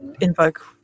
invoke